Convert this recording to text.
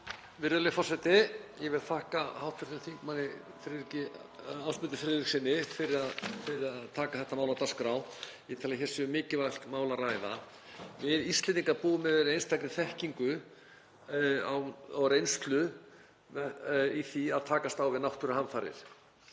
Virðulegi forseti. Ég vil þakka hv. þm. Ásmundi Friðrikssyni fyrir að taka þetta mál á dagskrá. Ég tel að hér sé um mikilvægt mál að ræða. Við Íslendingar búum yfir einstakri þekkingu og reynslu í því að takast á við náttúruhamfarir